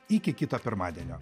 iki kito pirmadienio